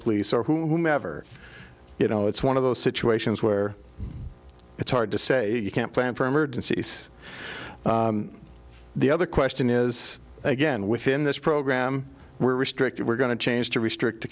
police or whomever you know it's one of those situations where it's hard to say you can't plan for emergencies the other question is again within this program we're restrictive we're going to change to restrict the